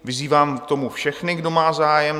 Vyzývám k tomu všechny, kdo má zájem.